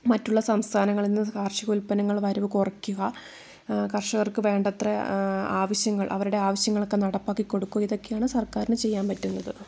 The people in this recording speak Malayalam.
മറ്റുള്ള സംസ്ഥാനങ്ങളിൽ നിന്ന് കാർഷിക ഉൽപ്പനങ്ങൾ വരവ് കുറയ്ക്കുക കർഷകർക്ക് വേണ്ടത്ര ആവശ്യങ്ങൾ അവരുടെ ആവശ്യങ്ങളൊക്കെ നടപ്പാക്കി കൊടുക്കുക ഇതൊക്കെയാണ് സർക്കാരിന് ചെയ്യാൻ പറ്റുന്നത്